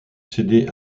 cédée